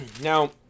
now